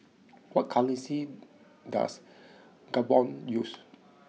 what currency does Gabon use